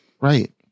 Right